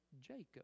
Jacob